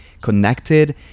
connected